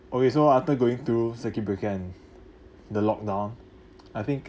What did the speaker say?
okay so after going through circuit breaker and the lock down I think